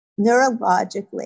Neurologically